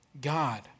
God